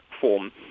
form